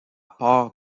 port